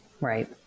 Right